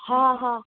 हा हा